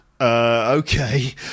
Okay